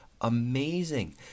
amazing